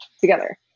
together